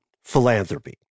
philanthropy